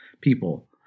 people